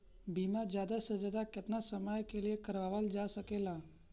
बीमा ज्यादा से ज्यादा केतना समय के लिए करवायल जा सकेला?